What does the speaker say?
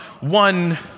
one